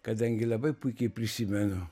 kadangi labai puikiai prisimenu